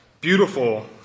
beautiful